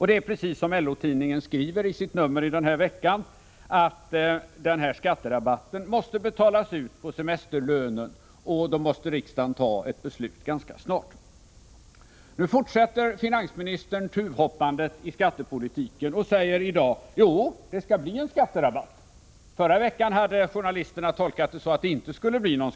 Det är precis vad LO-tidningen skriver i sitt nummer förra veckan: Skatterabatten måste betalas ut med semesterlönen, och då måste riksdagen ta beslut ganska snart. Nu fortsätter finansministern tuvhoppandet inom skattepolitiken och säger i dag: Jo, det skall bli en skatterabatt. Förra veckan hade journalisterna tolkat det hela så att det inte skulle bli någon.